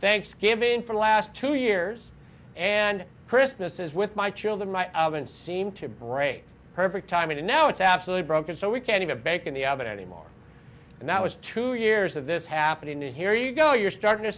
thanksgiving for the last two years and christmas is with my children my oven seem to break perfect timing and now it's absolutely broken so we can have bacon the of it anymore and that was two years of this happening and here you go you're starting to